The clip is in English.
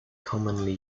commonly